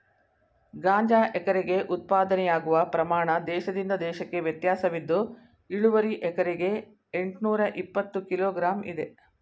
ಗಾಂಜಾ ಎಕರೆಗೆ ಉತ್ಪಾದನೆಯಾಗುವ ಪ್ರಮಾಣ ದೇಶದಿಂದ ದೇಶಕ್ಕೆ ವ್ಯತ್ಯಾಸವಿದ್ದು ಇಳುವರಿ ಎಕರೆಗೆ ಎಂಟ್ನೂರಇಪ್ಪತ್ತು ಕಿಲೋ ಗ್ರಾಂ ಇದೆ